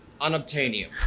unobtainium